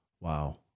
Wow